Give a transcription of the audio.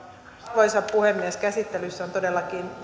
arvoisa puhemies käsittelyssä on todellakin